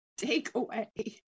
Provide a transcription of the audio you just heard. takeaway